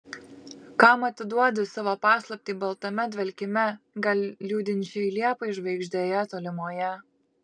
kam atiduodi savo paslaptį baltame dvelkime gal liūdinčiai liepai žvaigždėje tolimoje